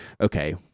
okay